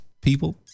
people